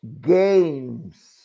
Games